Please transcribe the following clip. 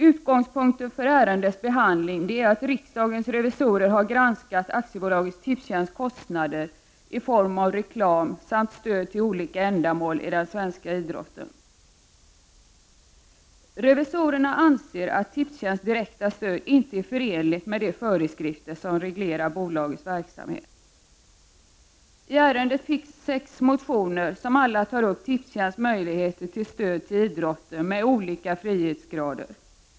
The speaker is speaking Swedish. Utgångspunkten för ärendets behandling är att riksdagens revisorer har granskat AB Tipstjänsts kostnader i form av reklam samt stöd till olika ändamål inom den svenska idrotten. Revisorerna anser att Tipstjänsts direkta stöd inte är förenligt med de föreskrifter som reglerar bolagets verksamhet. I ärendet har väckts sex motioner, i vilka tas upp Tipstjänsts möjligheter till stöd till idrotten med olika frihetsgrader.